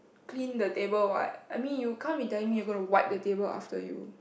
clean the table what I mean you can't be telling me you're gonna wipe the table after you